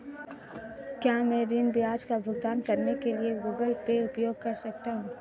क्या मैं ऋण ब्याज का भुगतान करने के लिए गूगल पे उपयोग कर सकता हूं?